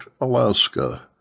Alaska